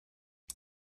but